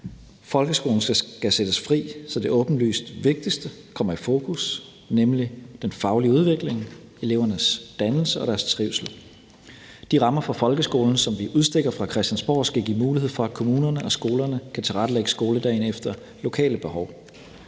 Folkeskolen skal sættes fri, så det åbenlyst vigtigste kommer i fokus, nemlig den faglige udvikling, elevernes dannelse og deres trivsel. De rammer for folkeskolen, som vi udstikker fra Christiansborg, skal give mulighed for, at kommunerne og skolerne kan tilrettelægge skoledagene efter lokale behov.